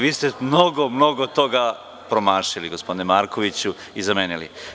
Vi ste mnogo, mnogo toga promašili, gospodine Markoviću, i zamenili.